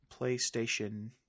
PlayStation